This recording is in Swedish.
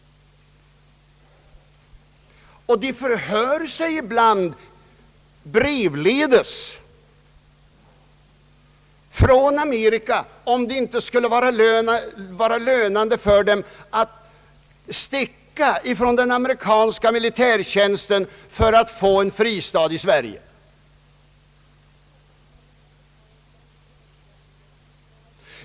Ibland förhör de sig brevledes från Amerika om det inte skulle vara lönande för dem att »sticka» från den amerikanska militärtjänsten för att få en fristad i Sverige.